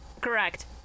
correct